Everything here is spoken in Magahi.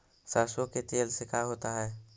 सरसों के तेल से का होता है?